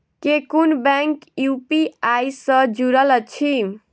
केँ कुन bank UPI सँ जुड़ल अछि?